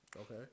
Okay